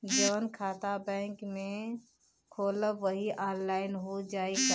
जवन खाता बैंक में खोलम वही आनलाइन हो जाई का?